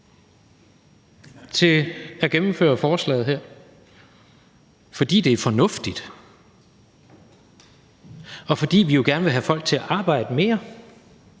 til at gennemføre forslaget her, fordi det er fornuftigt, og fordi vi gerne vil have folk til at arbejde mere.